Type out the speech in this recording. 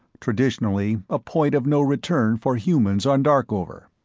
traditionally a point of no return for humans on darkover.